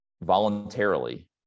voluntarily